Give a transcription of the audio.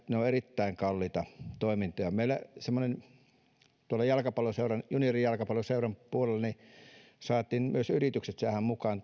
ne ovat erittäin kalliita toimintoja meillä tuolla juniorijalkapalloseuran puolella saatiin myös yritykset mukaan